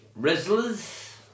Rizzlers